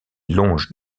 longe